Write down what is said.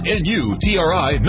n-u-t-r-i